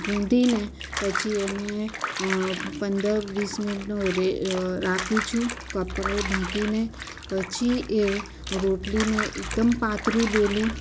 ગુંધીને પછી એને પંદર વીસ મિનિટનો રે રાખું છું કપડો ઢાંકીને પછી એ રોટલીને એકદમ પાતળી બેલું